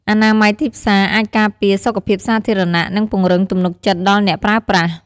អនាម័យទីផ្សារអាចការពារសុខភាពសាធារណៈ និងពង្រឹងទំនុកចិត្តដល់អ្នកប្រើប្រាស់។